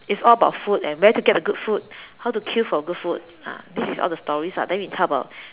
it's all about food and where to get the good food how to queue for good food ah this is all the stories lah then we tell about